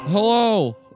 Hello